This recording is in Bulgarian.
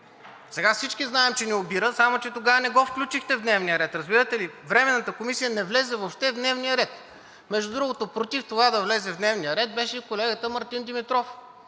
Сега всички знаем, че ни обира, само че тогава не го включихте в дневния ред. Разбирате ли, временната комисия не влезе въобще в дневния ред! Между другото, против това да влезе в дневния ред беше и колегата Мартин Димитров